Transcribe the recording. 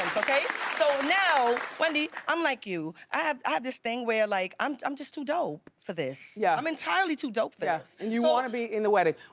okay? so now wendy, i'm like you. i have ah this thing where like i'm i'm just too dope for this. yeah i'm entirely too dope for this. and you wanna be in the wedding.